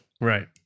Right